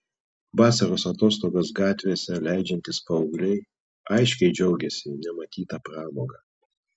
vasaros atostogas gatvėse leidžiantys paaugliai aiškiai džiaugėsi nematyta pramoga